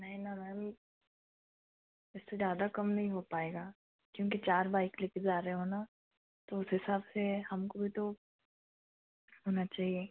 नहीं न मैम इससे ज़्यादा कम नहीं हो पाएगा क्योंकि चार बाइक ले कर जा रहे हो न तो उस हिसाब से हमको भी तो होना चाहिए